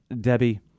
Debbie